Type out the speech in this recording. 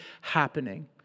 happening